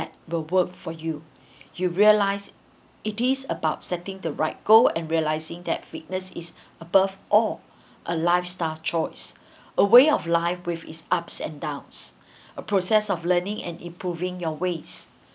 that will work for you you realize it is about setting the right goal and realizing that fitness is above all a lifestyle choice a way of life with its ups and downs a process of learning and improving your ways